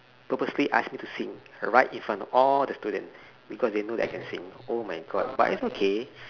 purposely ask me to sing right in front of all of the student because they know I can sing oh my god but it's okay